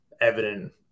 evident